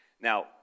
Now